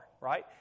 right